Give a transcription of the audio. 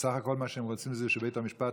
בסך הכול מה שהם רוצים זה שבית המשפט